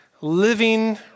living